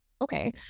okay